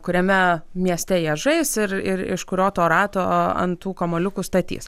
kuriame mieste jie žais ir iš kurio to rato ant tų kamuoliukų statys